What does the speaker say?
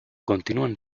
continúan